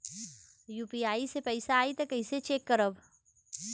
UPI से पैसा आई त कइसे चेक खरब?